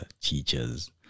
teachers